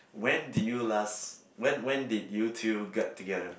when did you last when when did you two got together